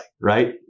Right